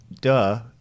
Duh